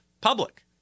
public